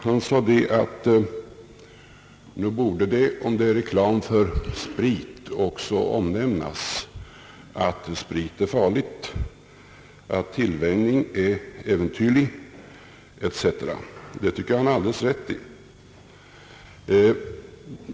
Han sade att om det gjordes reklam för sprit borde det också omnämnas, att sprit är farlig, att tillvänjningen är äventyrlig etc. Det tycker jag att han har alldeles rätt i.